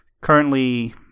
currently